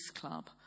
club